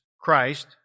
Christ